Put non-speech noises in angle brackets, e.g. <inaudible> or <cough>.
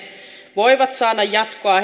voivat saada jatkoa <unintelligible>